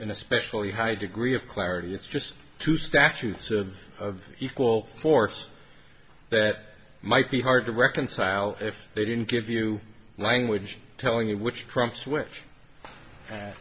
an especially high degree of clarity it's just two statutes of equal force that might be hard to reconcile if they didn't give you language telling which trumps which